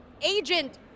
agent